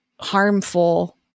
harmful